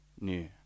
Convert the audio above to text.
new